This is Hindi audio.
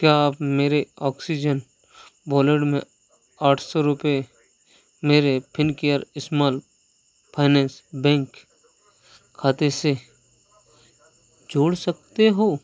क्या आप मेरे ऑक्सीजन वॉलेट में आठ सौ रुपये मेरे फिनकेयर स्माल फाइनेंस बैंक खाते से जोड़ सकते हो